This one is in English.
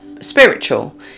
spiritual